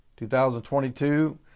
2022